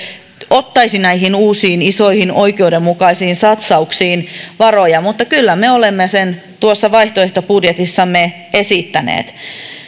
ottaisi näihin uusiin isoihin oikeudenmukaisiin satsauksiin varoja mutta kyllä me olemme sen tuossa vaihtoehtobudjetissamme esittäneet